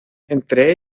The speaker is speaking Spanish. entre